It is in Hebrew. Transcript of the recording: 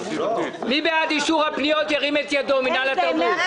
מי בעד אישור הפניות, ירים את ידו, מינהל התרבות.